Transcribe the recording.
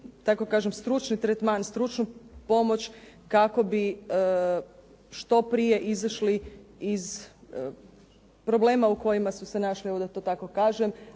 stručni tretman, stručnu pomoć kako bi što prije izišli iz problema u kojima su se našli da to tako kažem.